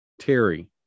Terry